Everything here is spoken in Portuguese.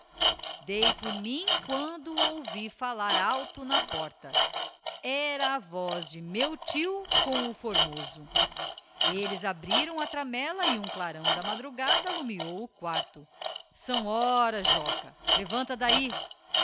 dei por mim quando ouvi falar alto na porta era a voz de meu tio com o formoso elles abriram a tramella e um clarão da madrugada alumiou o quarto são horas joca levanta d'ahi